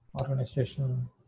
organization